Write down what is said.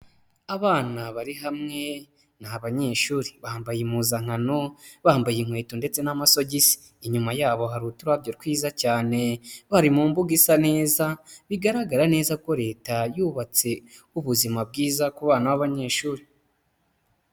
Abana bari hamwe ni abanyeshuri, bambaye impuzankano, bambaye inkweto ndetse n'amasogi, inyuma yabo hari uturabyo twiza cyane, bari mu mbuga isa neza, bigaragara neza ko Leta yubatse ubuzima bwiza ku bana b'abanyeshuri.